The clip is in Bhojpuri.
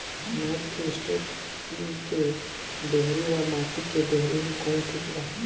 अनाज के स्टोर टीन के डेहरी व माटी के डेहरी मे कवन ठीक बा?